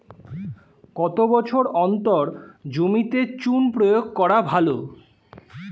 কত বছর অন্তর জমিতে চুন প্রয়োগ করা ভালো?